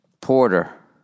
Porter